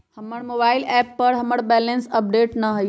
हमर mobile app पर हमर बैलेंस अपडेट न हई